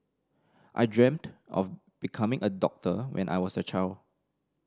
I dreamt of becoming a doctor when I was a child